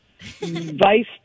vice